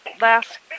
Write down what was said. last